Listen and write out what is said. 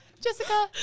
Jessica